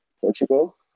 Portugal